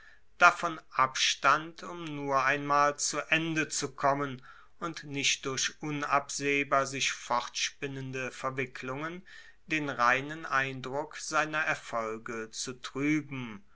davon abstand um nur einmal zu ende zu kommen und nicht durch unabsehbar sich fortspinnende verwicklungen den reinen eindruck seiner erfolge zu trueben